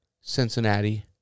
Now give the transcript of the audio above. Cincinnati